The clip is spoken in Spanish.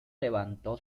levantó